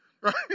Right